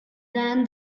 than